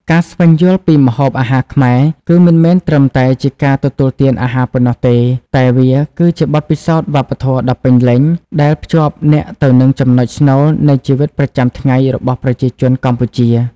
ការស្វែងយល់ពីម្ហូបអាហារខ្មែរ គឺមិនមែនត្រឹមតែជាការទទួលទានអាហារប៉ុណ្ណោះទេ តែវាគឺជាបទពិសោធន៍វប្បធម៌ដ៏ពេញលេញ ដែលភ្ជាប់អ្នកទៅនឹងចំណុចស្នូលនៃជីវិតប្រចាំថ្ងៃរបស់ប្រជាជនកម្ពុជា ។